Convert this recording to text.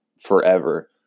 forever